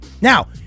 Now